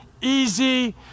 easy